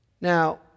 Now